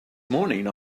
morning